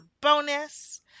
bonus